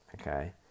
Okay